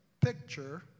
picture